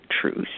truth